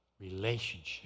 relationship